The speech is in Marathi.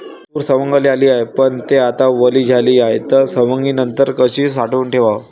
तूर सवंगाले आली हाये, पन थे आता वली झाली हाये, त सवंगनीनंतर कशी साठवून ठेवाव?